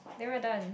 then we're done